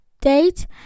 date